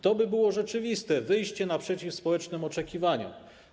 To by było rzeczywiste wyjście naprzeciw społecznym oczekiwaniom.